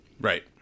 Right